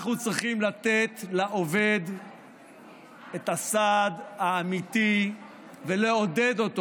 אנחנו צריכים לתת לעובד את הסעד האמיתי ולעודד אותו,